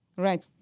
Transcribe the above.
right.